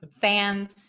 fans